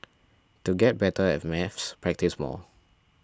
to get better at maths practise more